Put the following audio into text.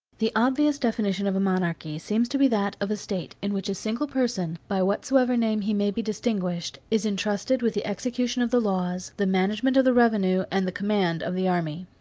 the obvious definition of a monarchy seems to be that of a state, in which a single person, by whatsoever name he may be distinguished, is intrusted with the execution of the laws, the management of the revenue, and the command of the army.